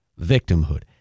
victimhood